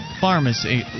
pharmacy